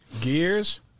Gears